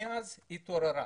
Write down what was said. מאז התעוררה,